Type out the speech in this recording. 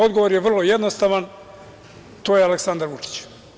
Odgovor je vrlo jednostavan to je Aleksandar Vučić.